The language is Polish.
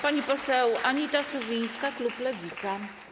Pani poseł Anita Sowińska, klub Lewica.